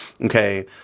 okay